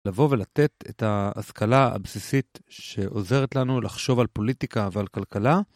לבוא ולתת את ההשכלה הבסיסית שעוזרת לנו לחשוב על פוליטיקה ועל כלכלה.